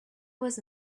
was